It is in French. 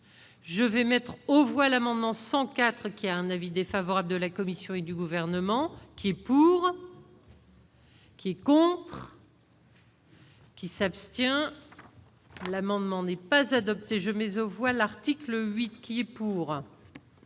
Je vais mettre au voile amendement 104 qui a un avis défavorable de la Commission et du gouvernement qui est pour. Qui est. Qui s'abstient l'amendement n'est pas adopté, je maison voilà Rettig le 8 qui est pour.